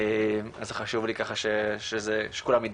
אז זה חושב לי ככה שכולם ידעו.